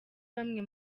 bamwe